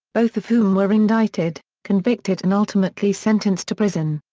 both of whom were indicted, convicted and ultimately sentenced to prison.